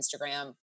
Instagram